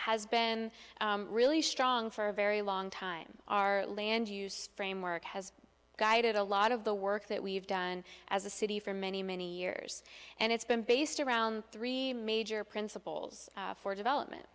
has been really strong for a very long time our land use framework has guided a lot of the work that we've done as a city for many many years and it's been based around three major principles for development